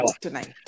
tonight